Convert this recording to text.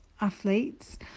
athletes